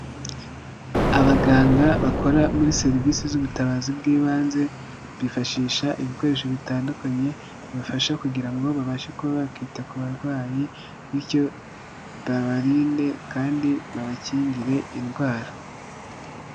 Abaganga bakora muri serivisi z'ubutabazi bw'ibanze, bifashisha ibikoresho bitandukanye, bibafasha kugira ngo babashe kuba bakita ku barwayi, bityo babarinde kandi babakingire indwara.